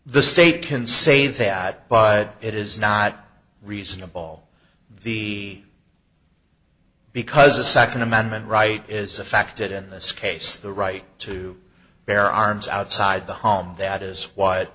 the state can say that but it is not reasonable the because a second amendment right is affected in this case the right to bear arms outside the home that is wh